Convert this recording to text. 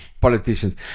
politicians